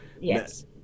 Yes